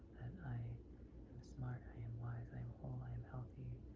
i am smart. i am wise. i am whole. i am healthy.